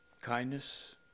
kindness